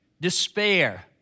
Despair